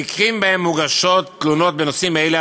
במקרים שבהם מוגשות תלונות בנושאים אלה,